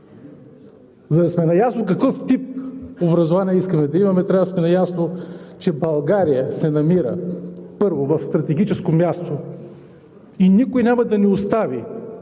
За да сме наясно какъв тип образование искаме да имаме, трябва да сме наясно, че България се намира, първо, в стратегическо място и никой няма да ни остави